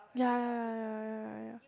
ya ya ya ya ya ya